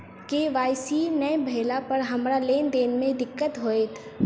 KYC नै भेला पर हमरा लेन देन मे दिक्कत होइत?